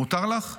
מותר לך?